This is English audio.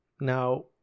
Now